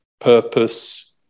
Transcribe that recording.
purpose